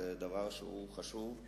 זה דבר חשוב,